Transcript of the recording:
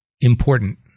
important